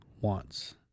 wants